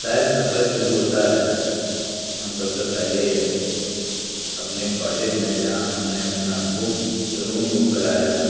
خیر سفر شروع ہوتا ہے ہم سب سے پہلے اپنے کاٹج میں جہاں ہم نے اپنا بک روم بک کرایا تھا